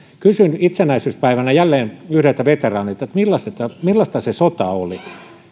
kysyin itsenäisyyspäivänä jälleen yhdeltä veteraanilta millaista millaista se sota oli